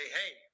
hey